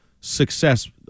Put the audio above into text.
success